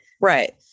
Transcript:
Right